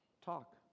talk